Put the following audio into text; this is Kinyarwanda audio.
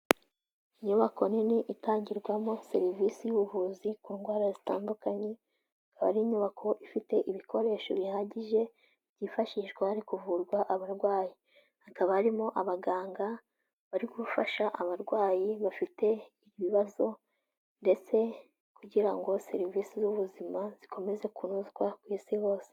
Inyubako nini itangirwamo serivisi y'ubuvuzi ku ndwara zitandukanye, akaba ari inyubako ifite ibikoresho bihagije byifashishwa hari kuvurwa abarwayi. Hakaba harimo abaganga bari gufasha abarwayi bafite ibibazo ndetse kugira ngo serivisi z'ubuzima zikomeze kunozwa ku Isi hose.